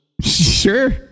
Sure